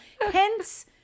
Hence